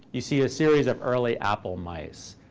you see a series of early apple mice.